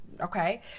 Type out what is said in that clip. Okay